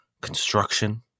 construction